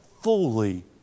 fully